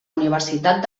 universitat